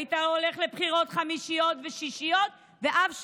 היית הולך לבחירות חמישיות ושישיות ואף שביעיות.